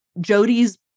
Jody's